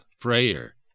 prayer